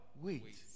Wait